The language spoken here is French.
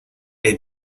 est